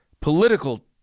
political